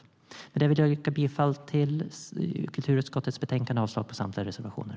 Med detta vill jag yrka bifall till kulturskottets förslag till beslut och avslag på samtliga reservationer.